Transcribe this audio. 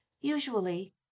Usually